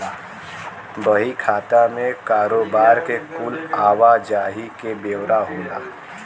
बही खाता मे कारोबार के कुल आवा जाही के ब्योरा होला